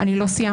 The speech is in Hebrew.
אני לא סיימתי.